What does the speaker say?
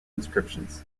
inscriptions